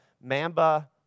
Mamba